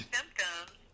symptoms